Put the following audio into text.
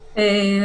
בבקשה.